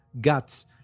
guts